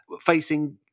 facing